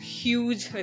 huge